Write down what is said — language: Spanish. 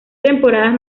temporadas